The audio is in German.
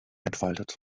entfaltet